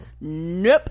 nope